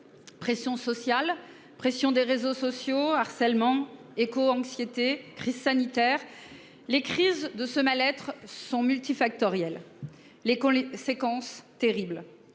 Pression sociale pression des réseaux sociaux harcèlement éco-anxiété crise sanitaire, les crises de ce mal-être sont multifactorielles les cons les séquences terrible.